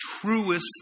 truest